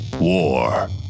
war